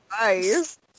Nice